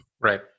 Right